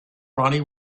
ronnie